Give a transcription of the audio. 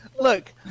Look